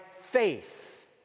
faith